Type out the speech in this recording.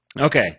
Okay